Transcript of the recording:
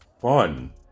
fun